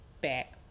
back